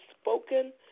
spoken